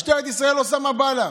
משטרת ישראל עושה מה שבא לה,